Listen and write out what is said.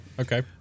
Okay